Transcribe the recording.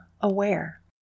aware